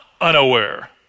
unaware